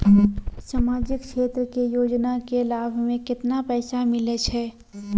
समाजिक क्षेत्र के योजना के लाभ मे केतना पैसा मिलै छै?